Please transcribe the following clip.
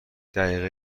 دقیقه